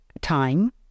time